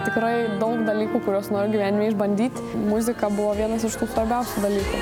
tikrai daug dalykų kuriuos noriu gyvenime išbandyt muzika buvo vienas iš tų svarbiausių dalykų